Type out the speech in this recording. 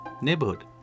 neighborhood